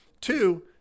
Two